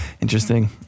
interesting